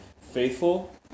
faithful